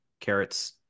carrots